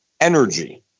energy